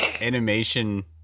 animation